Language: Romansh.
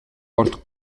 ord